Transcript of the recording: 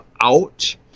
out